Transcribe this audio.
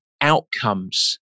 outcomes